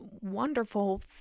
wonderful